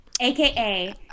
AKA